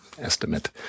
Estimate